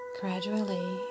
gradually